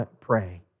pray